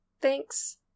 thanks